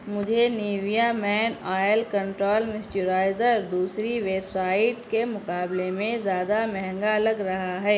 مجھے Nivea men oil control moisturizer دوسری web site کے مقابلے میں زیادہ مہنگا لگ رہا ہے